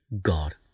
God